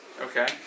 Okay